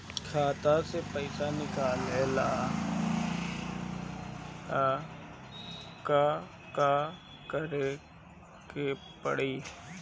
खाता से पैसा निकाले ला का का करे के पड़ी?